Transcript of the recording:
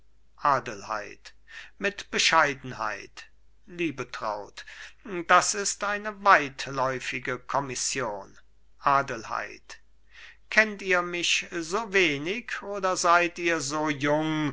adelheid mit bescheidenheit liebetraut das ist eine weitläufige kommission adelheid kennt ihr mich so wenig oder seid ihr so jung